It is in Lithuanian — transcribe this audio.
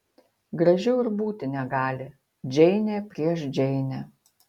gražiau ir būti negali džeinė prieš džeinę